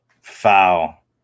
foul